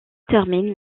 termine